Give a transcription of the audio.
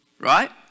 Right